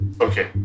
Okay